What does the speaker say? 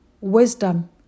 wisdom